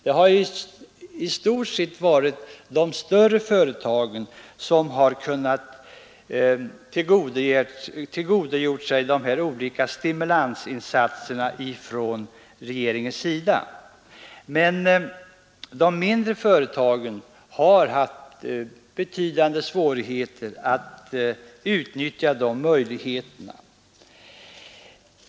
Det har i stort sett varit de större företagen som kunnat tillgodogöra sig de olika stimulansinsatserna, medan de mindre företagen haft betydande svårigheter att utnyttja dessa möjligheter.